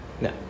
No